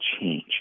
change